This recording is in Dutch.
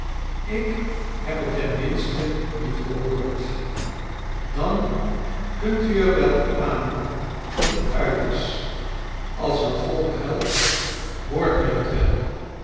ik heb het tea minste niet gehoord i an kunt u er wel op aan dat het uit i s als dat volk huilt hoort men het wel